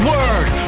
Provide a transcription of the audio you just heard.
Word